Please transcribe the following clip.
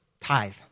tithe